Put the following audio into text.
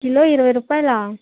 kilo ఇరవై రుపాయలా